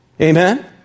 amen